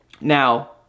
Now